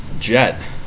jet